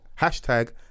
hashtag